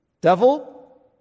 Devil